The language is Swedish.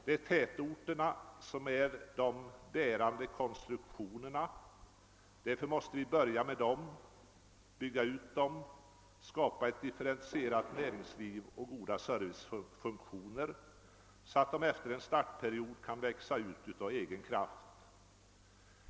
Det är tätorterna som är de bärande konstruktionerna, därför måste vi börja med dem, bygga ut dem, skapa ett differentierat näringsliv och goda servicefunktioner, så att de efter en startiperiod kan växa ut av egen kraft.